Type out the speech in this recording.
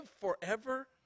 forever